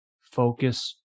focus